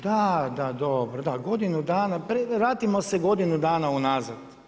Da, da, dobro, godinu dana, vratimo se godinu dana unazad.